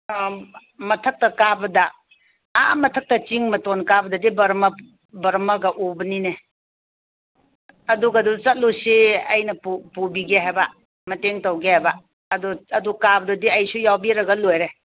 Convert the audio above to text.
ꯑ ꯃꯊꯛꯇ ꯀꯥꯕꯗ ꯑꯥ ꯃꯊꯛꯇ ꯆꯤꯡ ꯃꯇꯣꯟ ꯀꯥꯕꯗꯗꯤ ꯕꯔꯃ ꯕꯔꯃꯒ ꯎꯕꯅꯤꯅꯦ ꯑꯗꯨꯒꯗꯣ ꯆꯠꯂꯨꯁꯤ ꯑꯩꯅ ꯄꯨꯕꯤꯒꯦ ꯍꯥꯏꯕꯥ ꯃꯇꯦꯡ ꯇꯧꯒꯦ ꯍꯥꯏꯕꯥ ꯑꯗꯨ ꯑꯗꯨ ꯀꯥꯕꯗꯗꯤ ꯑꯩꯁꯨ ꯌꯥꯎꯕꯤꯔꯒ ꯂꯣꯏꯔꯦ